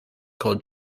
called